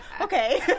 okay